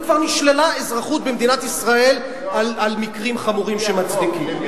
וכבר נשללה אזרחות במדינת ישראל במקרים חמורים שמצדיקים זאת.